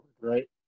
right